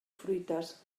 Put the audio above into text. fruites